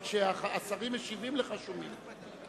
אבל כשהשרים משיבים לך שומעים.